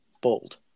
bold